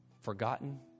forgotten